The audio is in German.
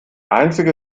einzige